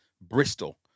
bristol